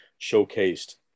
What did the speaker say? showcased